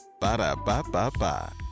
Ba-da-ba-ba-ba